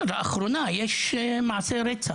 אך לאחרונה יש גם כאלה.